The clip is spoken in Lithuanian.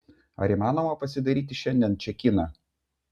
ar įmanoma pasidaryti šiandien čekiną